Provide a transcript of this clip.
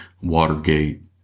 Watergate